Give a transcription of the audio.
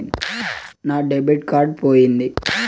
నా debit card పోయింది